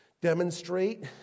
demonstrate